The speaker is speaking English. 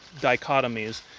dichotomies